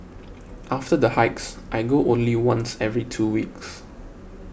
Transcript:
after the hikes I go only once every two weeks